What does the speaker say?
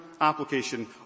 application